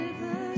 river